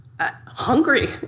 hungry